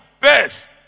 best